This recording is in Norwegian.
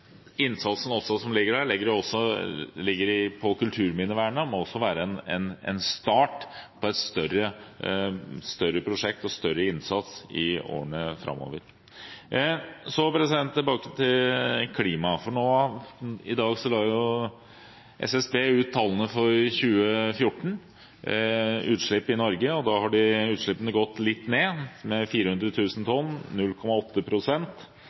Også den innsatsen som gjelder kulturminnevernet, må være en start på et større prosjekt og en større innsats i årene framover. Så tilbake til klimaet. I dag la SSB ut tallene for utslipp av klimagasser i Norge 1990–2014. Utslippene har gått litt ned, med 400 000 tonn,